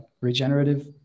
regenerative